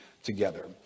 Together